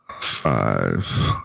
five